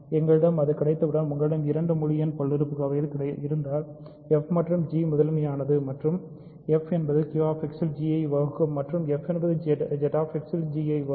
எங்களிடம் அது கிடைத்தவுடன் உங்களிடம் இரண்டு முழு எண் பல்லுறுப்புக்கோவைகள் இருந்தால் f மற்றும் g முதல்நிலையானது மற்றும் f என்பது Q x ல் g ஐ வகுக்கும் மற்றும் f என்பது Z x ல் g ஐ வகுக்கும்